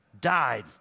died